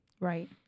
right